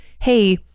hey